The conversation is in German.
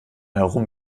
herum